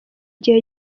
gihe